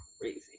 crazy